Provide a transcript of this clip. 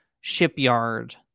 shipyard